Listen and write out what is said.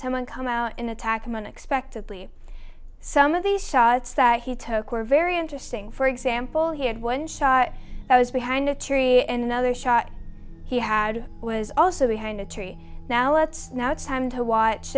someone come out and attack him on expectedly some of these shots that he took were very interesting for example he had one shot that was behind a tree and another shot he had was also behind a tree now let's now it's time to watch